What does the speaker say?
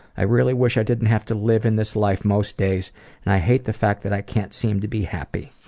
i really wish i didn't have to live in this life most days and i hate the fact that i can't seem to be happy.